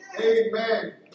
Amen